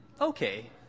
okay